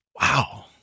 wow